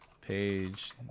page